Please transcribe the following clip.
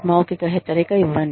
మౌఖిక హెచ్చరిక ఇవ్వండి